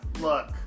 Look